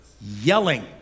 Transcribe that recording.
yelling